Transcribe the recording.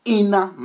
Inner